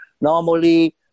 Normally